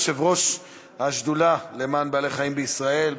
יושב-ראש השדולה בכנסת למען בעלי-חיים בישראל.